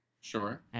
Sure